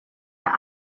der